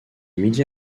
media